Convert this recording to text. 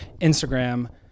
Instagram